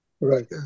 right